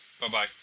Bye-bye